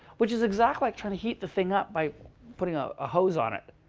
which is exactly like trying to heat the thing up by putting a hose on it.